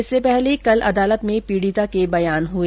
इससे पहले कल अदालत में पीडिता के बयान हए